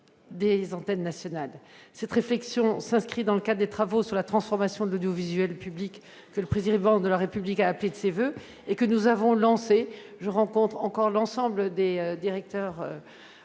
des antennes nationales. Cette réflexion s'inscrit dans le cadre des travaux sur la transformation de l'audiovisuel public que le Président de la République a appelée de ses voeux et que nous avons lancée. Je rencontrerai encore l'ensemble des directeurs